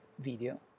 video